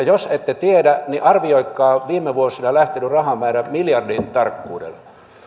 jos ette tiedä niin arvioikaa viime vuosina lähtenyt rahamäärä miljardin tarkkuudella